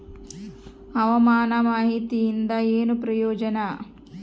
ಹವಾಮಾನ ಮಾಹಿತಿಯಿಂದ ಏನು ಪ್ರಯೋಜನ?